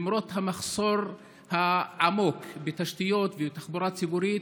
למרות המחסור העמוק בתשתיות ובתחבורה ציבורית,